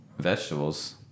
Vegetables